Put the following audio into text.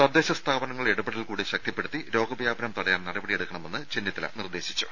തദ്ദേശ സ്ഥാപനങ്ങളുടെ ഇടപെടൽ കൂടി ശക്തിപ്പെടുത്തി രോഗവ്യാപനം തടയാൻ നടപടിയെടുക്കണമെന്ന് ചെന്നിത്തല നിർദേശിച്ചു